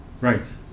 Right